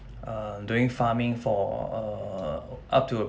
um doing farming for err up to